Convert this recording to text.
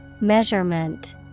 Measurement